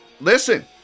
Listen